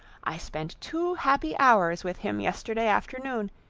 i spent two happy hours with him yesterday afternoon,